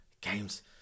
games